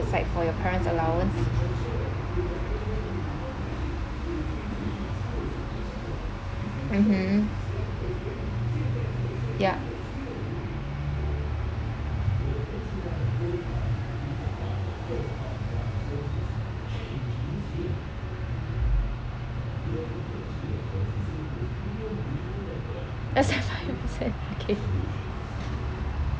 aside for your parents' allowance mmhmm ya I set five percent okay